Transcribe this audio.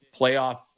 playoff